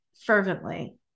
fervently